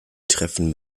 treffen